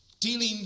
dealing